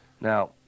Now